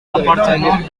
apartment